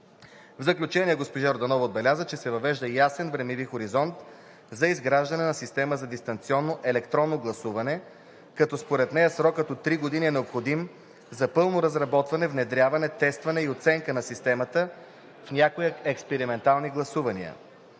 В заключение, госпожа Йорданова отбеляза, че се въвежда ясен времеви хоризонт за изграждане на система за дистанционно електронно гласуване, като според нея срокът от 3 години е необходим за пълното разработване, внедряване, тестване и оценка на системата в няколко експериментални гласувания.